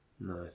Nice